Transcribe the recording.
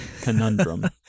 conundrum